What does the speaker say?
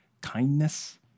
kindness